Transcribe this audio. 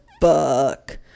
fuck